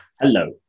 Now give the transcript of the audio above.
Hello